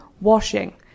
washing